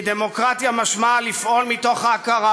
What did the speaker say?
כי דמוקרטיה משמעה לפעול מתוך ההכרה